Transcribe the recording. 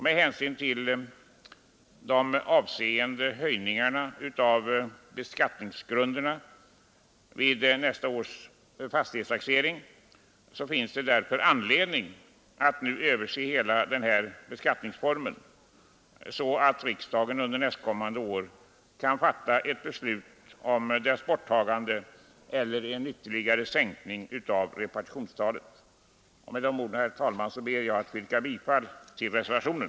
Med hänsyn till de avsevärda höjningar av taxeringsvärdena som väntas vid nästa års fastighetstaxering finns det anledning att nu överse hela denna beskattningsform, så att riksdagen under nästkommande år kan fatta ett beslut om dess borttagande eller om en ytterligare sänkning av repartitionstalet. Med dessa ord, herr talman, ber jag att få yrka bifall till reservationen.